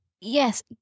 Yes